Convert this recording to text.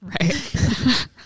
Right